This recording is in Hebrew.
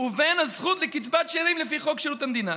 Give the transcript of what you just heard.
ובין הזכאות לקצבת שאירים לפי חוק שירות המדינה